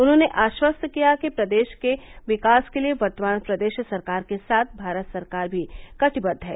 उन्होंने आश्वस्त किया कि प्रदेश के विकास के लिये वर्तमान प्रदेश सरकार के साथ भारत सरकार भी कटिबद्द है